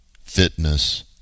fitness